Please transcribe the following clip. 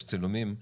שיש צילומים,